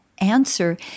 answer